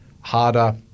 harder